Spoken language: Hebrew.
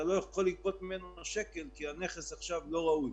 אתה לא יכול לגבות ממנו שקל כי הנכס עכשיו לא ראוי.